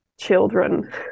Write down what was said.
children